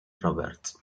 roberts